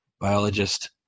biologist